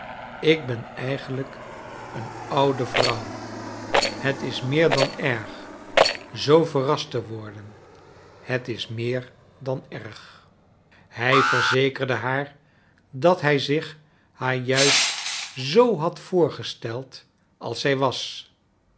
ik ben eigenlijk een oude vrouw het is meer dan erg zoo verrast te worden t is meer dan erg hij verzekerde haar dat hij zich haar juist zoo had voorgesteld als zij was